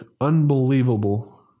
unbelievable